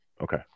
Okay